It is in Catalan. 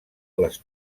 les